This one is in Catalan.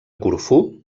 corfú